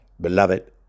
Beloved